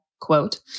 quote